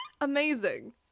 Amazing